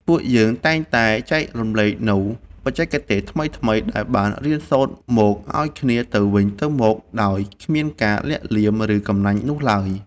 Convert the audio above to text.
ពួកយើងតែងតែចែករំលែកនូវបច្ចេកទេសថ្មីៗដែលបានរៀនសូត្រមកឱ្យគ្នាទៅវិញទៅមកដោយគ្មានការលាក់លៀម ឬកំណាញ់នោះឡើយ។